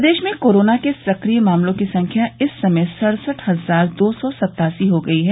प्रदेश में कोरोना के सक्रिय मामलों की संख्या इस समय सड़सठ हजार दो सौ सत्तासी हो गई है